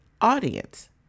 audience